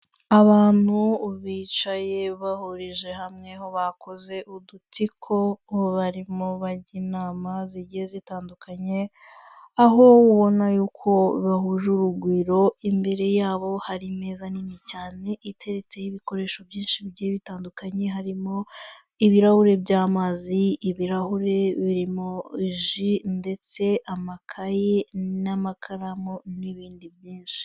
Abantu bicaye bahurije hamwe aho bakoze udutsiko, abo barimo bajya inama zigiye zitandukanye, aho ubona yuko bahuje urugwiro, imbere yabo hari ameza nini cyane iteretseho ibikoresho byinshi bigiye bitandukanye, harimo ibirahuri by'amazi, ibirahure birimo ji ndetse amakaye n'amakaramu n'ibindi byinshi.